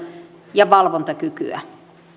ja valvontakykyä